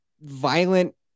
violent